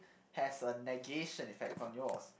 has a negation effect from yours